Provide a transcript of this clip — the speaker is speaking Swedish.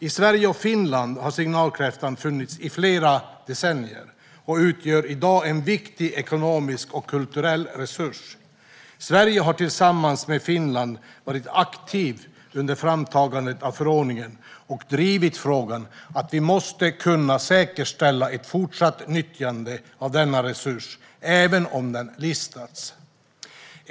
I Sverige och Finland har signalkräftan funnit i flera decennier och utgör i dag en viktig ekonomisk och kulturell resurs. Sverige har, tillsammans med Finland, varit aktivt under framtagandet av förordningen och drivit frågan att vi måste kunna säkerställa ett fortsatt nyttjande av denna resurs även om den listas.